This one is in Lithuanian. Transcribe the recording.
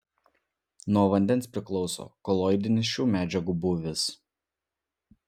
nuo vandens priklauso koloidinis šių medžiagų būvis